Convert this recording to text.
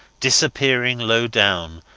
disappearing low down,